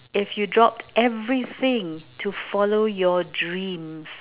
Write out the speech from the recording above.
if you dropped everything to follow your dream